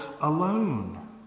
alone